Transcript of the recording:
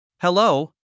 Hello